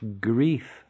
grief